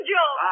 Joe